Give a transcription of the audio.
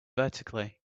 vertically